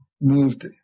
moved